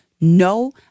No